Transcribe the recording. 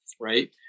right